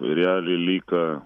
realiai liko